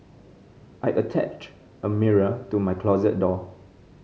I attached a mirror to my closet door